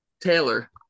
Taylor